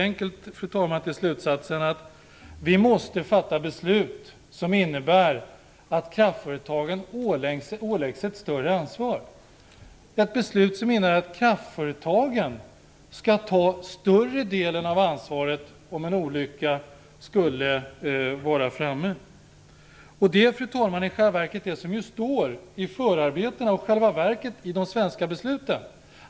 Detta leder till slutsatsen att vi måste fatta beslut som innebär att kraftföretagen åläggs ett större ansvar - ett beslut som innebär att kraftföretagen skall ta större delen av ansvaret om en olycka skulle vara framme. Fru talman! Det är i själva verket det som står i förarbetena och i de svenska besluten.